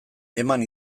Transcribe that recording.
eman